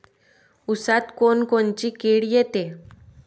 ऊसात कोनकोनची किड येते?